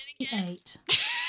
eight